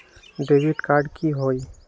Debit card की होई?